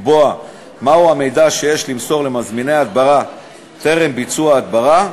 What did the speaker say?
לקבוע מהו המידע שיש למסור למזמיני ההדברה טרם ביצוע ההדברה,